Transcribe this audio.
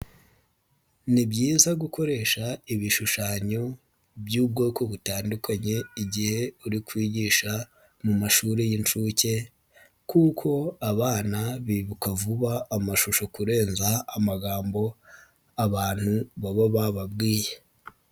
Ni byiza gukoresha ibishushanyo by'ubwoko butandukanye igihe uri kwigisha mu mashuri y'incuke kuko abana bibuka vuba amashusho kurenza amagambo abantu baba bababwiye.